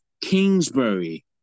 Kingsbury